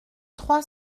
trois